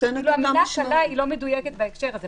המילה "הגבלה" לא מדויקת בהקשר הזה.